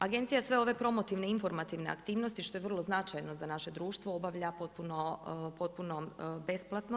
Agencija sve ove promotivne informativne aktivnosti što je vrlo značajno za naše društvo obavlja potpuno besplatno.